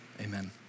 amen